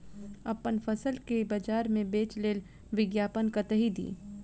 अप्पन फसल केँ बजार मे बेच लेल विज्ञापन कतह दी?